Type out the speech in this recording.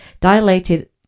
dilated